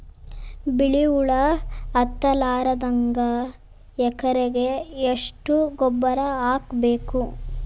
ಬಿಳಿ ಹುಳ ಹತ್ತಲಾರದಂಗ ಎಕರೆಗೆ ಎಷ್ಟು ಗೊಬ್ಬರ ಹಾಕ್ ಬೇಕು?